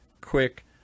quick